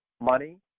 Money